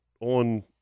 on